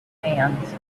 hands